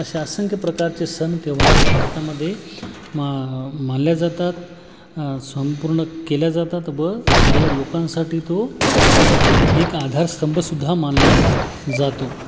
अशा असंख्य प्रकारचे सण त्योहार या भारतामध्ये मान मानल्या जातात संपूर्ण केल्या जातात ब सर्व लोकांसाठी तो एक आधारस्तंभ सुद्धा मानला जातो